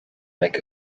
make